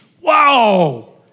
Wow